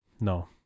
No